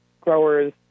growers